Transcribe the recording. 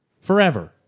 forever